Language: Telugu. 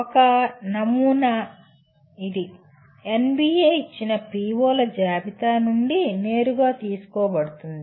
ఒక నమూనా ఇది NBA ఇచ్చిన PO ల జాబితా నుండి నేరుగా తీసుకోబడుతుంది